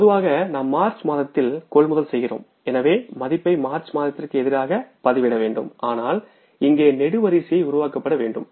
பொதுவாக நாம் மார்ச் மாதத்தில் கொள்முதல் செய்கிறோம் எனவே மதிப்பை மார்ச் மாதத்திற்கு எதிராக பதிவிடவேண்டும் ஆனால் இங்கே நெடுவரிசை உருவாக்கப்பட வேண்டும்